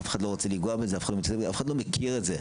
אף אחד לא רוצה לנגוע בזה, אף אחד לא מכיר את זה.